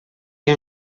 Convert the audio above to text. que